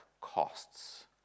costs